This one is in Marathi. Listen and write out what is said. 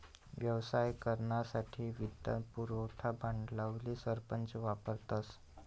व्यवसाय करानासाठे वित्त पुरवठा भांडवली संरचना वापरतस